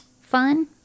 fun